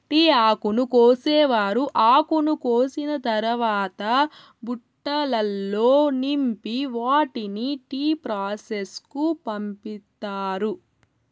tea ఆకును కోసేవారు ఆకును కోసిన తరవాత బుట్టలల్లో నింపి వాటిని టీ ప్రాసెస్ కు పంపిత్తారు